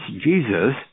Jesus